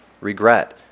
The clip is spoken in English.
regret